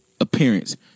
appearance